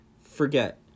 forget